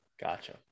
Gotcha